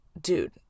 dude